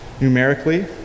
numerically